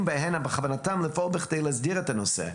בהן בכוונתם לפעול בכדי להסדיר את הנושא,